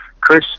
Chris